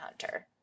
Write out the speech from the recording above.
hunter